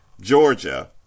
Georgia